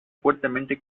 fuertemente